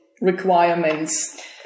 requirements